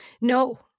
No